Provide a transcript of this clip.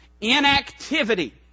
Inactivity